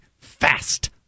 fast